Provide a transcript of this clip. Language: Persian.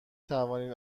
توانید